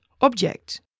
object